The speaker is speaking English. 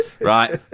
right